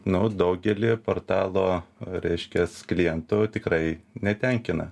nu daugelį portalo reiškias klientų tikrai netenkina